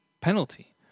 penalty